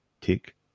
tick